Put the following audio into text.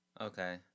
Okay